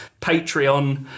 Patreon